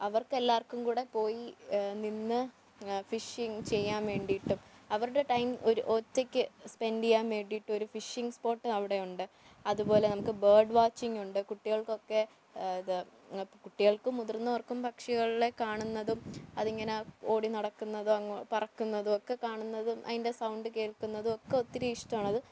അവർക്കെല്ലാവർക്കും കൂടെ പോയി നിന്ന് ഫിഷിങ് ചെയ്യാൻ വേണ്ടിയിട്ട് അവരുടെ ടൈം ഒറ്റക്ക് സ്പെൻഡ് ചെയ്യാൻ വേണ്ടിയിട്ട് ഒരു ഫിഷിങ് സ്പോട്ടും അവിടെ ഉണ്ട് അതു പോലെ നമുക്ക് ബേഡ് വാച്ചിംഗ് ഉണ്ട് കുട്ടികൾക്കൊക്കെ ഇത് കുട്ടികൾക്കും മുതിർന്നവർക്കും പക്ഷികളെ കാണുന്നതും അതിങ്ങനെ ഓടി നടക്കുന്നതും പറക്കുന്നതും ഒക്കെ കാണുന്നതും അതിൻ്റെ സൗണ്ട് കേൾക്കുന്നതും ഒക്കെ ഒത്തിരി ഇഷ്ടമാണത്